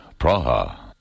Praha